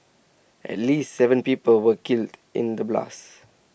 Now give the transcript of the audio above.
at least Seven people were killed in the blasts